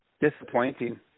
disappointing